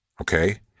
Okay